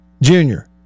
junior